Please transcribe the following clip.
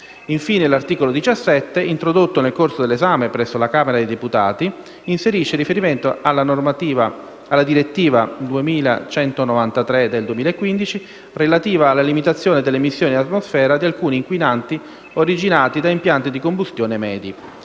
Infine, l'articolo 17, introdotto nel corso dell'esame presso la Camera dei deputati, inserisce il riferimento alla direttiva n. 2193 del 2015, relativa alla limitazione delle emissioni in atmosfera di alcuni inquinanti originati da impianti di combustione medi.